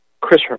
Chris